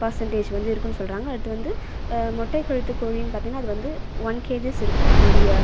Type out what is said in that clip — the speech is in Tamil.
பெர்சன்ட்டேஜ் வந்து இருக்கும்னு சொல்கிறாங்க அடுத்து வந்து மொட்டை கழுத்து கோழினு பார்த்திங்கன்னா இது வந்து ஒன் கேஜிஸ் இருக்கும் அதுடைய